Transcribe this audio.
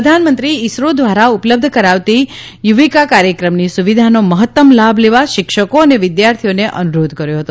પ્રધાનમંત્રીએ ઇસરો દ્વારા ઉપલબ્ધ કરાવાતી યુવિકા કાર્યક્રમની સુવિધાનો મહત્તમ લાભ લેવા શિક્ષકો અને વિદ્યાર્થીઓને અનુરોધ કર્યો હતો